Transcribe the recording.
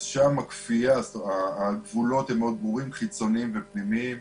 אז שם הגבולות הם מאוד ברורים, חיצוניים ופנימיים.